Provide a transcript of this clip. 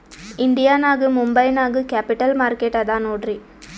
India ನಾಗ್ ಮುಂಬೈ ನಾಗ್ capital market ಅದಾ ನೋಡ್ರಿ